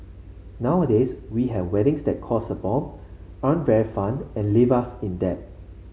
nowadays we have weddings that cost a bomb aren't very fun and leave us in debt